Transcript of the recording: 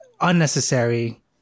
Unnecessary